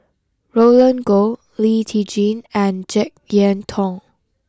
Roland Goh Lee Tjin and Jek Yeun Thong